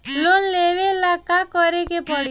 Loan लेवे ला का करे के पड़ी?